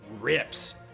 rips